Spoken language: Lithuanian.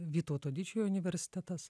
vytauto didžiojo universitetas